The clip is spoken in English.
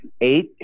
Eight